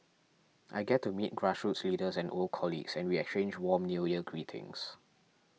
I get to meet grassroots leaders and old colleagues and we exchange warm New Year greetings